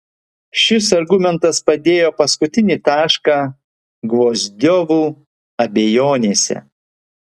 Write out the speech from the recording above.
šis argumentas padėjo paskutinį tašką gvozdiovų abejonėse